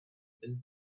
been